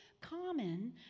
common